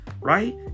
right